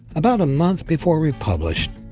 about a month before we published,